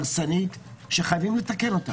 הרסנית, שחייבים לתקן.